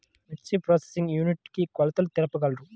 మిర్చి processing unit కి కొలతలు తెలుపగలరు?